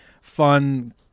fun